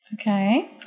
Okay